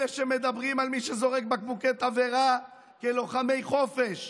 אלה שמדברים על מי שזורק בקבוקי תבערה כלוחמי חופש.